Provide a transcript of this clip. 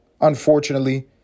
Unfortunately